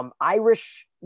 Irish